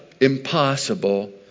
impossible